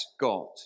God